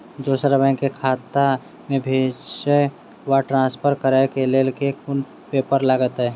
दोसर बैंक केँ खाता मे भेजय वा ट्रान्सफर करै केँ लेल केँ कुन पेपर लागतै?